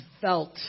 felt